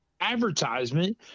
advertisement